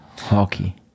hockey